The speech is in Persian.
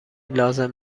لازم